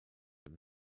him